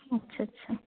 আচ্ছা আচ্ছা